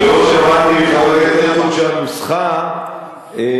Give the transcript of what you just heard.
אני לא שמעתי מחבר הכנסת הרצוג שהנוסחה השתנתה.